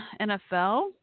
NFL